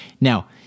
Now